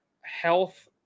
health